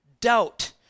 Doubt